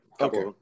Okay